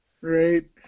Right